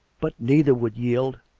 but neither would yield.